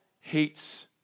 hates